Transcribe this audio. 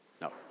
No